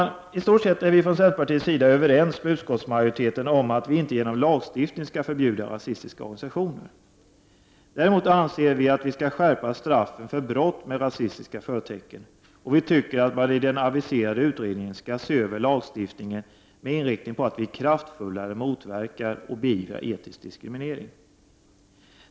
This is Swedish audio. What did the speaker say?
I stort sett är vi från centerpartiets sida överens med utskottsmajoriteten om att vi inte genom lagstiftning skall förbjuda rasistiska organisationer. Däremot anser vi att vi skall skärpa straffen för brott med rasistiska förtecken, och vi tycker att man i den aviserade utredningen skall se över lagstiftningen med inriktning på att vi kraftfullare motverkar och beivrar etnisk diskriminering.